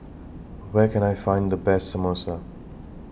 Where Can I Find The Best Samosa